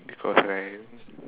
because right